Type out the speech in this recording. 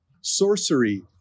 sorcery